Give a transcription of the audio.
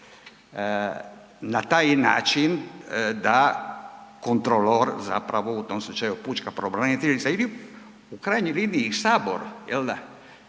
na taj način da kontrolor, zapravo, u tom slučaju pučka pravobraniteljica, ili u krajnjoj liniji, Sabor, je l' da,